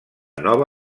nova